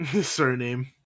Surname